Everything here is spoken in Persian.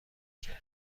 کرد